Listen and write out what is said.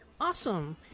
Awesome